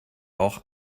auch